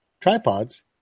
tripods